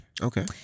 Okay